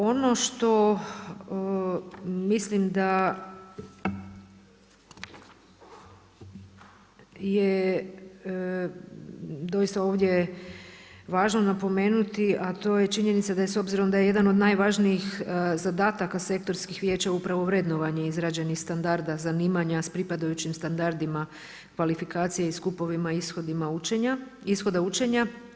Ono što mislim da je doista ovdje važno napomenuti a to je činjenica, da je s obzirom da je jedan od najvažnijih zadataka sektorskih vijeća upravo vrednovanje izrađenih standarda, iz zanimanja s pripadajućim standardima, kvalifikacija i skupovima, ishoda učenja.